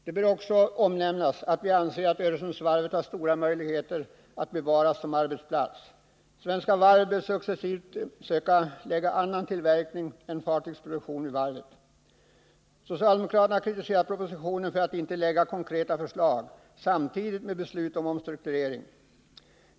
Det bör också omnämnas att vi anser att man har stora möjligheter att bevara Öresundsvarvet som arbetsplats. Svenska Varv bör i fortsättningen försöka placera annan tillverkning vid varvet än tillverkning av fartyg. Socialdemokraterna har kritiserat propositionen för att den inte innehåller konkreta förslag samtidigt som det beslutas om omstrukturering.